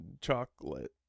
Chocolate